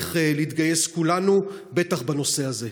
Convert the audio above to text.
צריך להתגייס כולנו, בטח בנושא הזה.